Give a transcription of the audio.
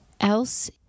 Else